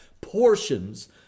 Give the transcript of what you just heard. portions